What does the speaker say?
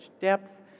depth